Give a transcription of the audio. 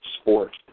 sports